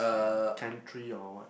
country or what